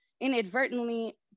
inadvertently